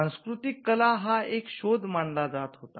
सांस्कृतिक कला हा एक शोध मनाला होता